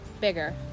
bigger